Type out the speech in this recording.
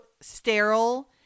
sterile